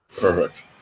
Perfect